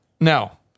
Now